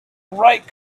write